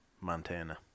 Montana